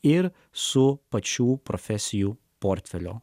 ir su pačių profesijų portfelio